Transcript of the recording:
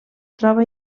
troba